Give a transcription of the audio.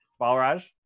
Balraj